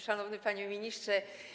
Szanowny Panie Ministrze!